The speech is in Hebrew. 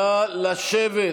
נא לשבת.